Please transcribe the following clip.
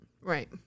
Right